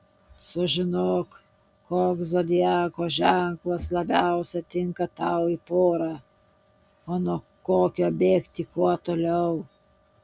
sužinok koks zodiako ženklas labiausiai tinka tau į porą o nuo kokio bėgti kuo toliau